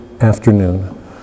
afternoon